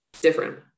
Different